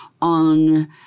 on